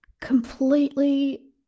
completely